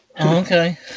Okay